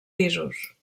pisos